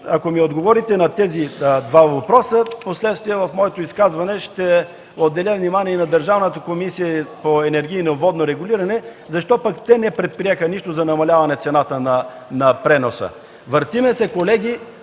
ако ми отговорите на тези два въпроса, впоследствие в моето изказване ще отделя внимание и на Държавната комисия за енергийно и водно регулиране – защо те не предприеха нищо за намаляване на цената на преноса? Колеги,